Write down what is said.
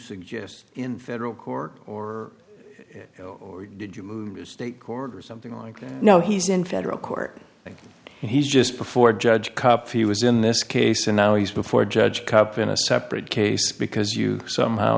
suggest in federal court or did you move to state court or something like you know he's in federal court and he's just before judge cup he was in this case and now he's before a judge cup in a separate case because you somehow